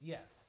Yes